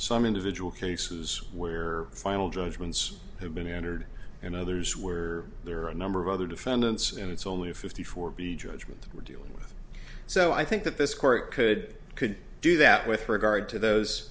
some individual cases where final judgments have been entered and others were there are a number of other defendants and it's only a fifty four b judgment we're dealing with so i think that this court could could do that with regard to those